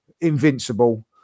invincible